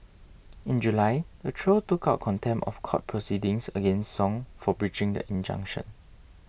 in July the trio took out contempt of court proceedings against Song for breaching the injunction